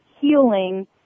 healing